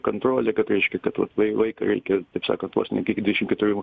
kontrolė kad reiškia kad vat vai vaiką reikia taip sakant vos ne iki dvidešimt keturių